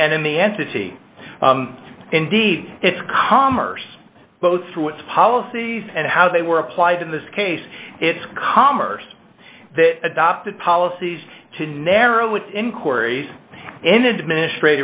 the enemy entity indeed it's commerce both through its policies and how they were applied in this case it's commerce adopted policies to narrow with inquiries in adminis